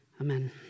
Amen